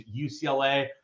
UCLA